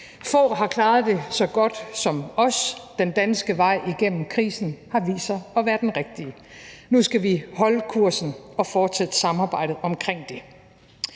Få har klaret det så godt som os. Den danske vej igennem krisen har vist sig at være den rigtige. Nu skal vi holde kursen og fortsætte samarbejdet om det.